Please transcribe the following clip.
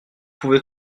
pouvez